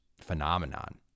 phenomenon